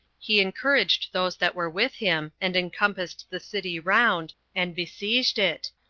he encouraged those that were with him, and encompassed the city round, and besieged it,